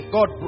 God